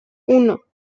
uno